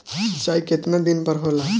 सिंचाई केतना दिन पर होला?